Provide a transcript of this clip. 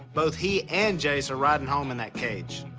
both he and jase are riding home in that cage.